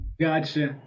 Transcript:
gotcha